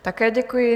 Také děkuji.